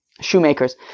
shoemakers